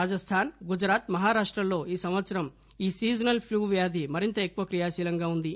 రాజస్తాన్ గుజరాత్ మహారాష్టలో ఈ సంవత్సరం ఈ సీజనల్ ప్లూ వ్యాధి మరింత ఎక్కువగా క్రీయాశీలంగా ఉంది